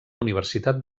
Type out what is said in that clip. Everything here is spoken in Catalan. universitat